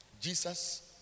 Jesus